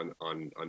on